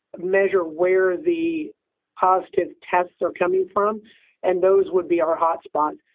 measure where the positive tests are coming from and those would be our hot spots.